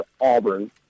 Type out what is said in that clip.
Auburn